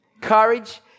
courage